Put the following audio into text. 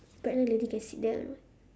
pregnant lady can sit there or not